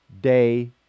day